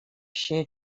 się